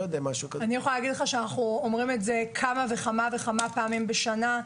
אנחנו אומרים את זה כמה וכמה פעמים בשנה.